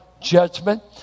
judgment